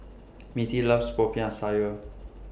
Mittie loves Popiah Sayur